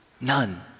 none